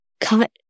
cut